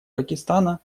пакистана